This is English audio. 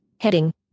heading